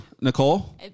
Nicole